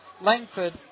Langford